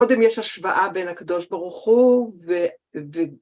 קודם יש השוואה בין הקדוש ברוך הוא ו...